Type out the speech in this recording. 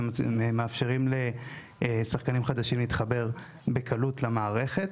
ומאפשרים לשחקנים חדשים להתחבר בקלות למערכת.